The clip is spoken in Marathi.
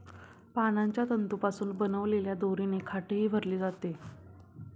पानांच्या तंतूंपासून बनवलेल्या दोरीने खाटही भरली जाते